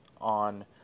on